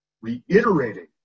reiterating